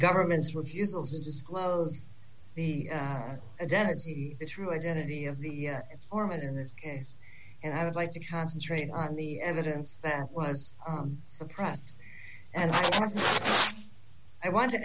government's refusal to disclose the identity the true identity of the ormonde in this case and i would like to concentrate on the evidence that was suppressed and i want to